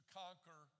conquer